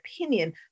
opinion